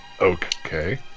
okay